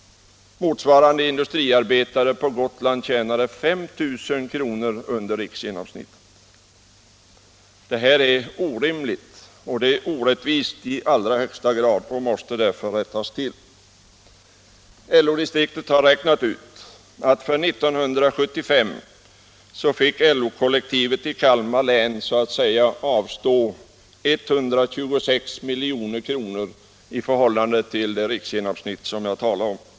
Motsvarande industriarbetare på Gotland tjänade 5 000 kronor under riksgenomsnittet. Det här är orimligt, och det är i allra högsta grad orättvist och måste därför rättas till. LO-distriktet har räknat ut att 1975 fick LO-kollektivet i Kalmar län ”avstå” 126 milj.kr. i förhållande till det riksgenomsnitt jag talade om.